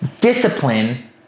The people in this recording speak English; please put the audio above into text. discipline